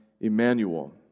Emmanuel